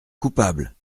coupable